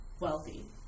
Wealthy